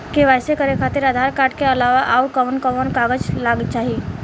KYC करे खातिर Aadhaar card के अलावा आउरकवन कवन कागज चाहीं?